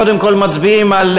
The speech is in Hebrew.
קודם כול מצביעים על